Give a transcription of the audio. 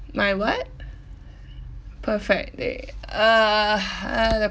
my what perfect day uh uh